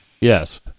Yes